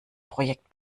projekt